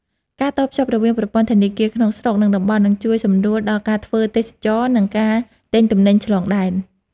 ការតភ្ជាប់រវាងប្រព័ន្ធធនាគារក្នុងស្រុកនិងតំបន់នឹងជួយសម្រួលដល់ការធ្វើទេសចរណ៍និងការទិញទំនិញឆ្លងដែន។